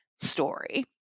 story